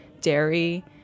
dairy